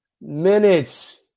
minutes